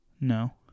No